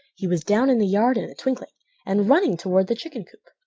he was down in the yard in a twinkling and running toward the chicken coop.